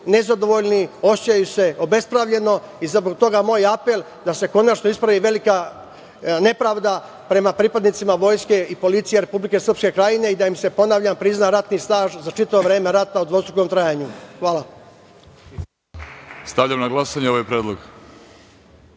nezadovoljni, osećaju se obespravljeno i zbog toga moj apel da se konačno ispravi velika nepravda prema pripadnicima vojske i policije Republike Srpske Krajine i da im se, ponavljam, prizna ratni staž za čitavo vreme rata u dvostrukom trajanju. Hvala. **Vladimir Orlić** Stavljam na glasanje ovaj